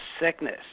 sickness